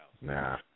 Nah